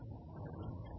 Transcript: Refer Time 1202